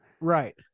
Right